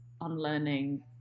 unlearning